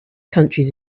countries